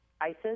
ISIS